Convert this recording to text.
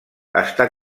està